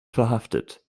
verhaftet